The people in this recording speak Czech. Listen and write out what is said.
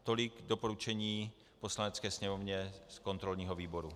Tolik doporučení Poslanecké sněmovně z kontrolního výboru.